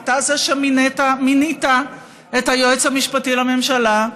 אתה זה שמינית את היועץ המשפטי לממשלה,